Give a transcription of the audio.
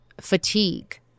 fatigue